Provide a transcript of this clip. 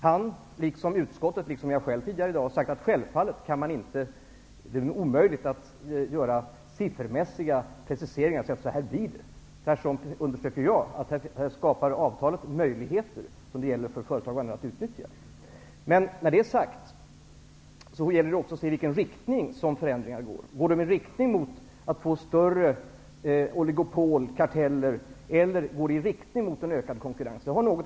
Han, liksom utskottet -- och även jag själv gjorde det tidigare i dag -- har sagt att det är omöjligt att göra siffermässiga preciseringar av hur det blir. I stället understryker jag att avtalet skapar möjligheter som det gäller för företag och andra att utnyttja. När det väl sagts gäller det att också se i vilken riktning förändringarna sker. Sker de i riktning mot större oligopol, karteller eller ökad konkurrens? Sådant säger något.